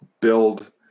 build